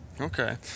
Okay